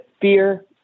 fear